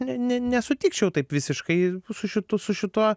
ne ne nesutikčiau taip visiškai su šitu su šituo